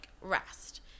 rest